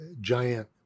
giant